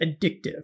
addictive